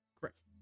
correct